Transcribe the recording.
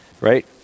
right